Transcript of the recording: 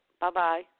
Bye-bye